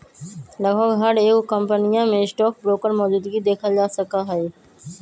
लगभग हर एगो कम्पनीया में स्टाक ब्रोकर मौजूदगी देखल जा सका हई